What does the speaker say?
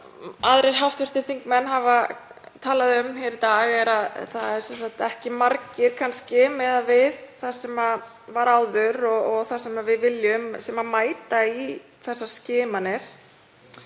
aðrir hv. þingmenn hafa talað um hér í dag eru ekki margir, kannski miðað við það sem var áður og það sem við viljum, sem mæta í þessar skimanir.